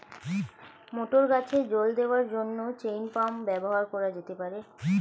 মটর গাছে জল দেওয়ার জন্য চেইন পাম্প ব্যবহার করা যেতে পার?